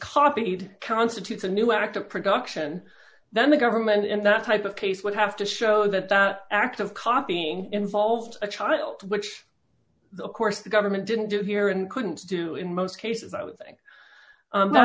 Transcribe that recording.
copied constitutes a new act of production then the government in that type of case would have to show that that act of copying involves a child which of course the government didn't do here and couldn't do in most cases i